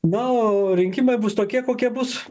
na o rinkimai bus tokie kokie bus